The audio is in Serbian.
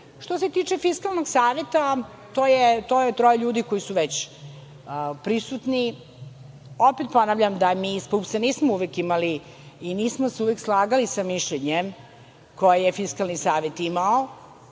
ne. Što se tiče Fiskalnog saveta, to je troje ljudi koji su već prisutni. Opet ponavljam da mi iz PUPS-a nismo uvek imali i nismo se uvek slagali sa mišljenjem koje je Fiskalni savet imao.